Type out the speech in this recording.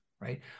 right